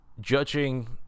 judging